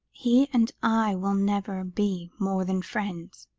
he and i will never be more than friends,